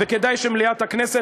וכדאי שמליאת הכנסת,